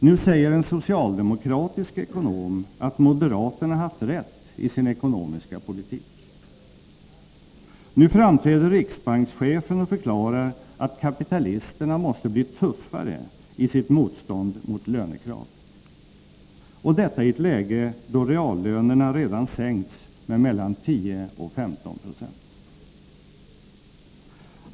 Nu säger en socialdemokratisk ekonom att moderaterna haft rätt i sin ekonomiska politik. Nu framträder riksbankschefen och förklarar att kapitalisterna måste bli tuffare i sitt motstånd mot lönekrav. Och detta i ett läge då reallönerna redan sänkts med mellan 10 och 15 96.